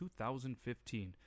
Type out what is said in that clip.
2015